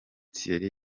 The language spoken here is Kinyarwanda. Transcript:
thierry